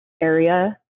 area